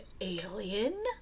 alien